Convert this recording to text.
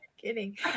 Kidding